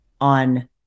on